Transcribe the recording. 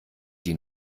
die